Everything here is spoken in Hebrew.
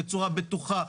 בצורה בטוחה,